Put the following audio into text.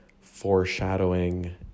foreshadowing